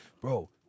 bro